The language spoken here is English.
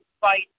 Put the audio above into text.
fight